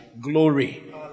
glory